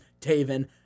Taven